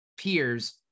peers